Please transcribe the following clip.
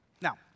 Now